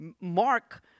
Mark